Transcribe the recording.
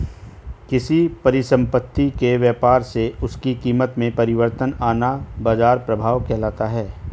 किसी परिसंपत्ति के व्यापार से उसकी कीमत में परिवर्तन आना बाजार प्रभाव कहलाता है